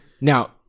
Now